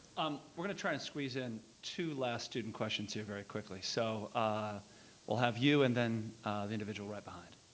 um we're going to try and squeeze in two last student questions here, very quickly. so ah we'll have you, and then the individual right behind.